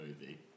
movie